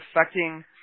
affecting